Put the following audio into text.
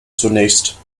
zunächst